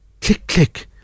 click-click